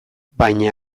baina